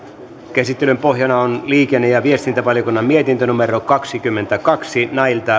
käsittelyn pohjana on liikenne ja viestintävaliokunnan mietintö kaksikymmentäkaksi